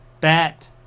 bat